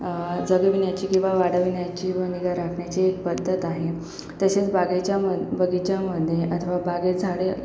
जगविण्याचे किंवा वाढविण्याचे व निगा राखण्याचे पध्दत आहे तसेच बागीचा बगीचामध्ये अथवा बागेत झाडे